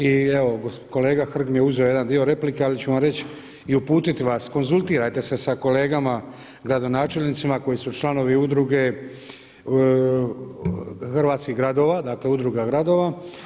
I evo kolega Hrg mi je uzeo jedan dio replike, ali ću vam reći i uputiti vas, konzultirajte se sa kolegama gradonačelnicima koji su članovi Udruge hrvatskih gradova, dakle Udruga gradova.